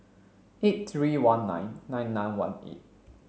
eight three one nine nine nine one eight